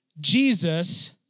Jesus